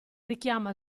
richiama